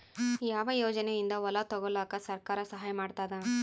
ಯಾವ ಯೋಜನೆಯಿಂದ ಹೊಲ ತೊಗೊಲುಕ ಸರ್ಕಾರ ಸಹಾಯ ಮಾಡತಾದ?